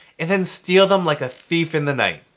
and then steal them like a thief in the night.